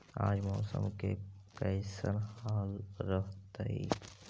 आज मौसम के कैसन हाल रहतइ?